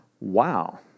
wow